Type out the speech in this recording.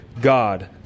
God